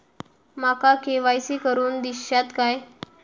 माका के.वाय.सी करून दिश्यात काय?